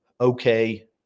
okay